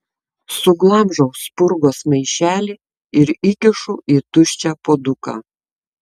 suglamžau spurgos maišelį ir įkišu į tuščią puoduką